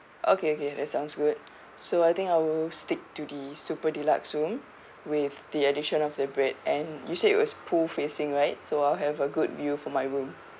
okay okay that sounds good so I think I will stick to the super deluxe room with the addition of the bed and you said it was pool facing right so I'll have a good view from my room